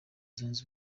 zunze